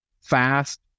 fast